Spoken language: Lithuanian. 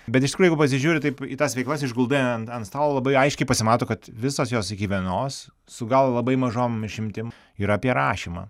bet iš tikrųjų jeigu pasižiūri taip į tas veiklas išguldai ant ant stalo labai aiškiai pasimato kad visos jos iki vienos su gal labai mažom išimtim yra apie rašymą